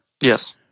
Yes